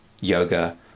yoga